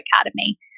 academy